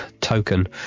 token